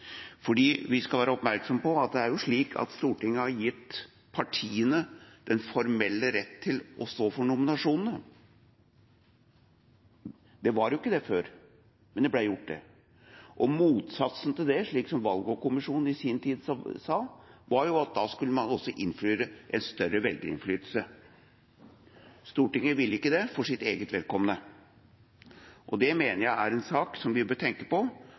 vi skal være oppmerksomme på at det er slik at Stortinget har gitt partiene den formelle retten til å stå for nominasjonene. Slik var det ikke før, men det ble gjort slik. Motsatsen til det, slik valglovkommisjonen i sin tid sa, var at man da skulle innføre en større velgerinnflytelse. Stortinget ville ikke det, for sitt eget vedkommende, og det mener jeg er en sak vi bør tenke på, og vi bør selvfølgelig også tenke på